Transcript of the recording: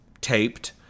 taped